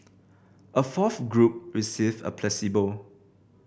a fourth group received a placebo